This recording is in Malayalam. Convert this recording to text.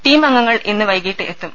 ടീമംഗങ്ങൾ ഇന്ന് വൈകീട്ട് എത്തും